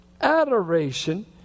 adoration